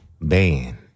ban